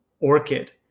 orchid